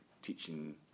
teaching